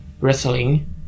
wrestling